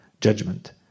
judgment